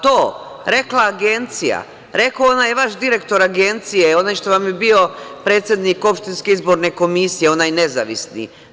To – rekla agencija, rekao onaj vaš direktor agencije, onaj što vam je bio predsednik opštinske izborne komisije, onaj nezavisni.